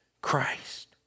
Christ